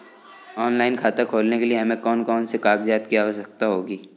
Online खाता खोलने के लिए हमें कौन कौन से कागजात की आवश्यकता होती है?